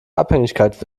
abhängigkeit